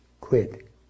Quit